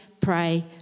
pray